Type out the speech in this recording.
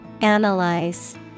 Analyze